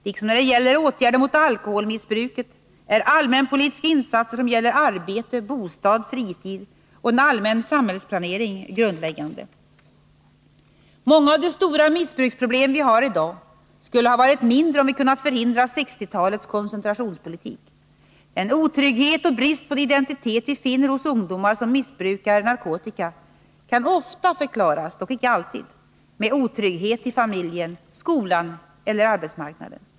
Liksom i fråga om åtgärder mot alkoholmissbruket är allmänpolitiska insatser som gäller arbete, bostad, fritid och en allmän samhällsplanering grundläggande. Många av de stora missbruksproblem vi har i dag skulle ha varit mindre, om vi kunnat förhindra 1960-talets koncentrationspolitik. Den otrygghet och brist på identitet vi finner hos ungdomar som missbrukar narkotika kan ofta — dock icke alltid — förklaras med otrygghet i familjen, i skolan eller på arbetsmarknaden.